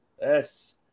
Yes